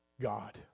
God